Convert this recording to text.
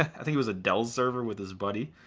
i think it was a dell server with his buddy.